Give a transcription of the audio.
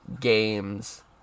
Games